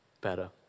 better